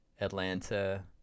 Atlanta